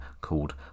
called